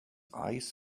eyes